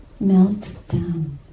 meltdown